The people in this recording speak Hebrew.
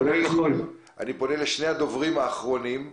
אני פונה לשני הדוברים האחרונים.